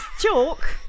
chalk